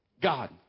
God